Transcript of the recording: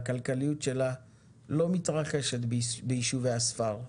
הכלכליות שלה לא מתרחשת ביישובי הספר,